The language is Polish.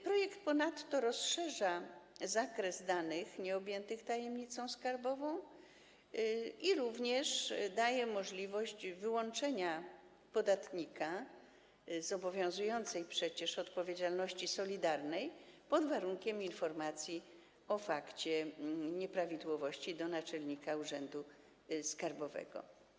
Projekt ponadto rozszerza zakres danych nieobjętych tajemnicą skarbową i daje również możliwość wyłączenia podatnika z obowiązującej przecież odpowiedzialności solidarnej pod warunkiem przekazania informacji o fakcie nieprawidłowości do naczelnika urzędu skarbowego.